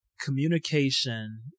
Communication